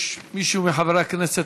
יש מישהו מחברי הכנסת?